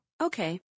Okay